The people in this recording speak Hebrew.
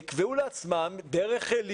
למה לא לתת להם לקבוע לעצמם את דרך הלימוד